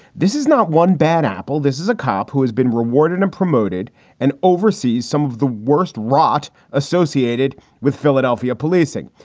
this is not one bad apple. this is a cop who has been rewarded and promoted and oversees some of the worst rot associated with philadelphia policing.